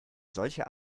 solche